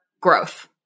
growth